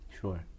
Sure